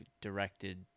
directed